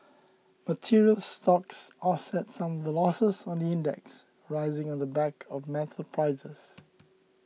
materials stocks offset some of the losses on the index rising on the back of metals prices